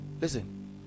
listen